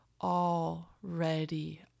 already